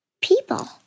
people